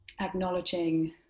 acknowledging